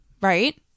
right